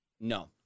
No